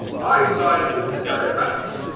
i side with the democrats.